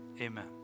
Amen